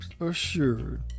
assured